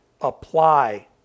apply